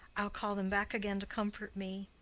i'll call them back again to comfort me.